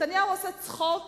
נתניהו עושה צחוק